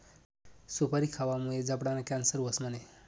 सुपारी खावामुये जबडाना कॅन्सर व्हस म्हणे?